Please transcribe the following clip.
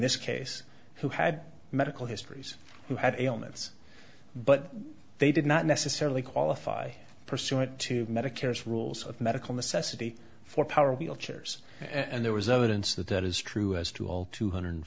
this case who had medical histories who had ailments but they did not necessarily qualify pursuant to medicare's rules of medical necessity for power wheelchairs and there was i wouldn't say that that is true as to all two hundred